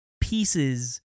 pieces